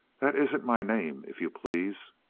that isn't my name, if you please.